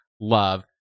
love